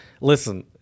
listen